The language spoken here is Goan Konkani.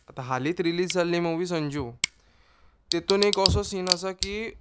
आतां हालींच रिलीज जाल्ली मुवी संजू तितून एक असो सीन आसा की